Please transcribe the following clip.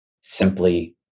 simply